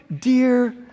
dear